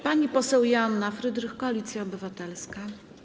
Pani poseł Joanna Frydrych, Koalicja Obywatelska.